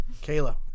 Kayla